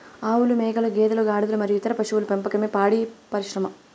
ఆవులు, మేకలు, గేదెలు, గాడిదలు మరియు ఇతర పశువుల పెంపకమే పాడి పరిశ్రమ